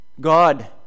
God